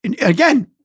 again